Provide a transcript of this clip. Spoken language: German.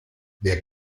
wer